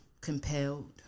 compelled